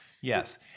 Yes